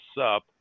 up